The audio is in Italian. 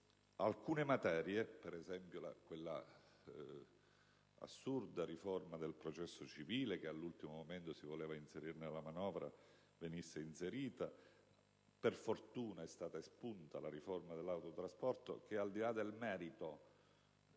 Mi riferisco, per esempio, a quella assurda riforma del processo civile che all'ultimo momento si voleva inserire nella manovra. Per fortuna, è stata espunta la riforma dell'autotrasporto che, al di là del merito,